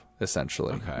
essentially